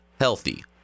healthy